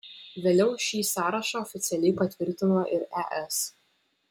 vėliau šį sąrašą oficialiai patvirtino ir es